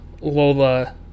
Lola